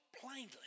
plainly